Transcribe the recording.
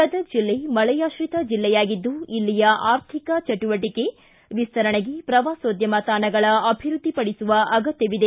ಗದಗ ಜಿಲ್ಲೆ ಮಳೆಯಾತ್ರಿತ ಜಿಲ್ಲೆಯಾಗಿದ್ದು ಇಲ್ಲಿಯ ಆರ್ಥಿಕ ಚಿಟುವಟಕೆ ವಿಸ್ತರಣೆಗೆ ಪ್ರವಾಸೋಧ್ಯಮ ತಾಣಗಳ ಅಭಿವೃದ್ಧಪಡಿಸುವ ಅಗತ್ಯವಿದೆ